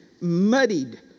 muddied